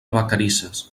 vacarisses